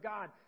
God